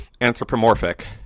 anthropomorphic